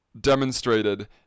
demonstrated